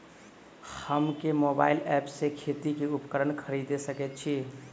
हम केँ mobile app सँ खेती केँ उपकरण खरीदै सकैत छी?